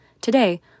Today